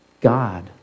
God